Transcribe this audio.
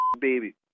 baby